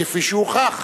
כפי שהוכח,